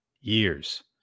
years